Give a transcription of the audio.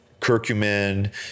curcumin